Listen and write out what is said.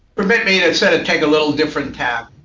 permit me to sort of take a little different tack.